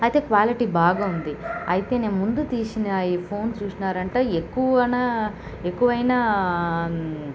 అయితే క్వాలిటీ బాగా ఉంది అయితే నేను ముందు తీసిన ఈ ఫోన్ చూసినారంటే ఎక్కువనా ఎక్కువైన